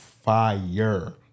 fire